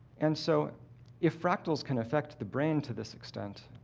and so if fractals can affect the brain to this extent,